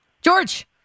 George